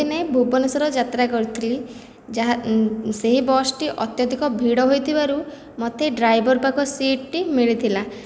ମୁଁ ଦିନେ ଭୁବନେଶ୍ୱର ଯାତ୍ରା କରୁଥିଲି ଯାହା ସେହି ବସ୍ଟି ଅତ୍ୟଧିକ ଭିଡ଼ ହୋଇଥିବାରୁ ମୋତେ ଡ୍ରାଇଭର୍ ପାଖ ସିଟ୍ଟି ମିଳିଥିଲା